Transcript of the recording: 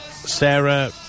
Sarah